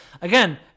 again